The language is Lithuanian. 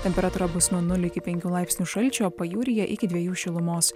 temperatūra bus nuo nulio iki penkių laipsnių šalčio pajūryje iki dviejų šilumos